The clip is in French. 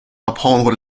apprendre